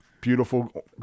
beautiful